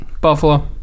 Buffalo